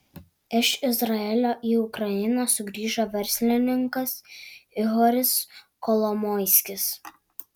iš izraelio į ukrainą sugrįžo verslininkas ihoris kolomoiskis